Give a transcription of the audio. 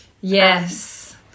Yes